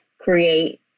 create